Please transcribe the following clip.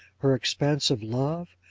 her expansive love,